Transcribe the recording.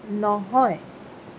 নহয়